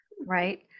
right